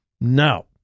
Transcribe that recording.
Now